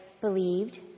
believed